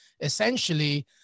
essentially